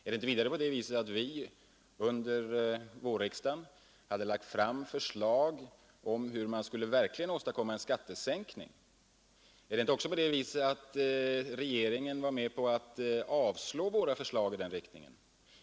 Är det inte vidare på det viset att vi under vårriksdagen lade fram förslag om hur man verkligen skulle kunna åstadkomma en skattesänkning? Är det inte också på det viset att regeringen var med på att avslå våra förslag i den riktningen?